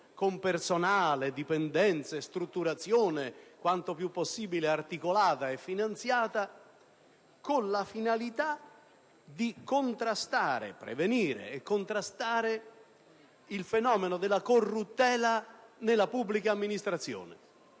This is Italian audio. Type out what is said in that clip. con personale, dipendenze e strutturazione quanto più possibile articolata e finanziata, che avesse la finalità di prevenire e contrastare il fenomeno della corruttela nella pubblica amministrazione.